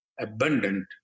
abundant